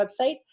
website